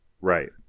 Right